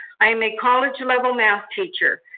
i am a college-level math teacher.